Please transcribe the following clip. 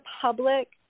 public